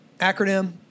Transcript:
acronym